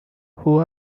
who